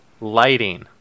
lighting